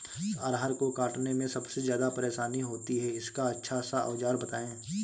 अरहर को काटने में सबसे ज्यादा परेशानी होती है इसका अच्छा सा औजार बताएं?